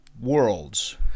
worlds